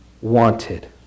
Wanted